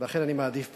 לכן, אני מעדיף פה,